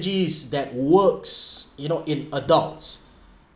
strategies that works you know in adults